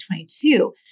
2022